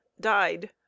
died